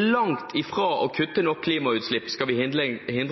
langt fra å kutte nok i klimautslipp skal vi hindre